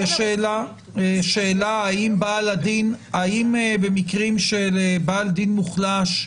יש שאלה האם במקרים של בעל דין מוחלש,